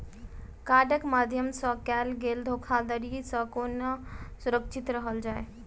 कार्डक माध्यम सँ कैल गेल धोखाधड़ी सँ केना सुरक्षित रहल जाए?